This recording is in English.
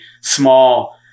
small